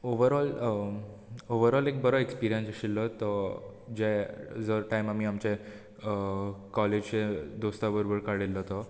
overall overall एक बरो experience आशिल्लो तो जे जो टायम आमी आमचे काॅलेज दोस्ता बरोबर काडिल्लो तो